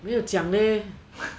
没有讲 leh